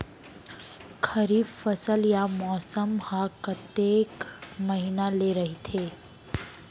खरीफ फसल या मौसम हा कतेक महिना ले रहिथे?